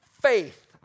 faith